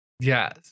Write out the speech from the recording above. Yes